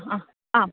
आम्